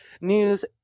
news